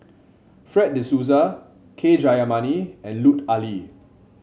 Fred De Souza K Jayamani and Lut Ali